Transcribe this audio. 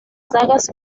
sagas